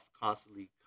constantly